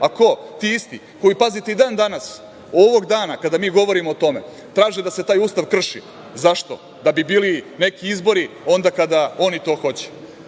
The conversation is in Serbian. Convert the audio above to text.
a ko? Ti isti koji, pazite, i dan-danas, ovog dana kada mi govorimo o tome traže da se taj Ustav krši, zašto, da bi bili neki izbori onda kada oni to hoće,